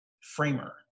framer